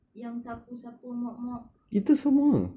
yang sapu-sapu mop-mop